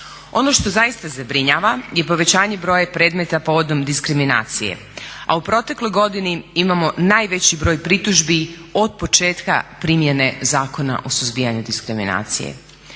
Ono što zaista zabrinjava je povećanje broja predmeta povodom diskriminacije, a u protekloj godini imamo najveći broj pritužbi od početka primjene Zakona o suzbijanju diskriminacije.